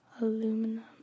aluminum